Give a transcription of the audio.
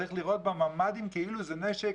צריך לראות בממ"דים כאילו זה נשק,